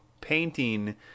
painting